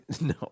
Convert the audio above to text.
No